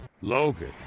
Logan